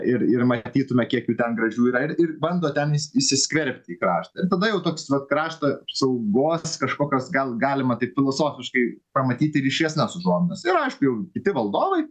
ir ir matytume kiek jų ten gražių yra ir ir bando ten įsiskverbti į kraštą ir tada jau toks va krašto apsaugos kažkokios gal galima taip filosofiškai pamatyti ryškesnes užuominas ir aišku jau kiti valdovai